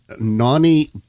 Nani